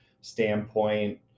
standpoint